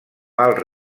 alt